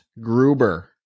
Gruber